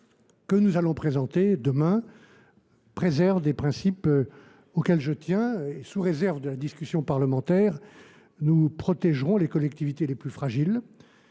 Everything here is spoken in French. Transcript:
que nous allons présenter demain préservent les principes auxquels je tiens. Ainsi, sous réserve de la discussion parlementaire, nous protégerons les collectivités les plus fragiles.